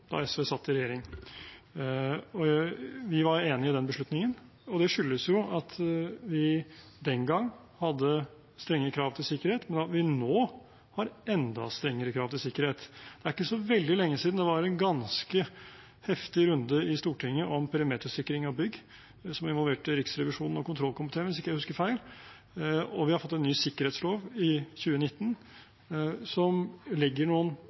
da SV satt i regjering. Vi var enig i den beslutningen, og det skyldes at vi den gang hadde strenge krav til sikkerhet, men at vi nå har enda strengere krav til sikkerhet. Det er ikke så veldig lenge siden det var en ganske heftig runde i Stortinget om perimetersikring av bygg, som involverte Riksrevisjonen og kontrollkomiteen – hvis jeg ikke husker feil – og vi fikk en ny sikkerhetslov i 2019, som legger noen